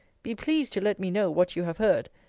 be pleased to let me know what you have heard,